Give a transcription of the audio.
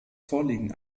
vorliegen